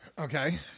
okay